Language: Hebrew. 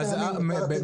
אופיר,